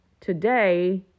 today